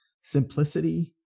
Simplicity